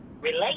relate